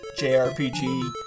JRPG